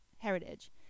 heritage